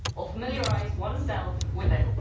or familiarize oneself with it.